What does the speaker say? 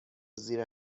زیر